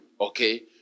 okay